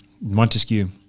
montesquieu